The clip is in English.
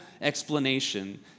explanation